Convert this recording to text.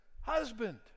husband